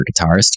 guitarist